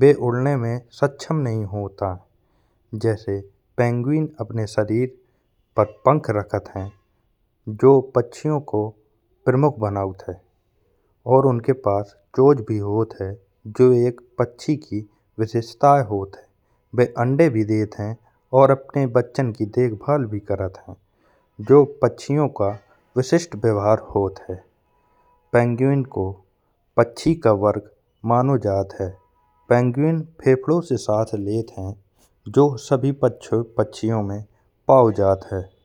वे उड़ने में सक्षम नहीं होत आए। जैसे पेंगुइन अपने शरीर पर पंख रखत हैं। जो पक्षियों के प्रमुख बनावट हैं और उनके पास चोच भी होत हैं। जो एक पक्षी की विशेषता होत हैं वे अंडे भी देते हैं और अपने बच्चों की देखभाल भी करत हैं। जो पक्षियों का विशेष व्यवहार होत हैं। पेंगुइन को पक्षी का वर्ग मानो जात हैं। पेंगुइन फेफड़ों से सांस लेत हैं जो सभी पक्षियों में पाओ जात हैं।